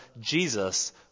Jesus